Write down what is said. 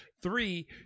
Three